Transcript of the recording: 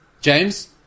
James